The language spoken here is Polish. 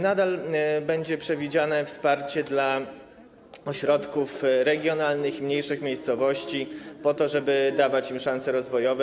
nadal będzie przewidziane wsparcie dla ośrodków regionalnych i mniejszych miejscowości, po to żeby dawać im szanse rozwojowe?